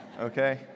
Okay